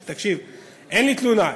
אין לי תלונה.